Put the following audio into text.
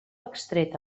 extret